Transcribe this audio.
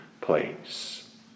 place